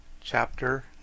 Chapter